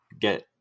get